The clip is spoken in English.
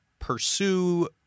pursue